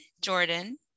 Jordan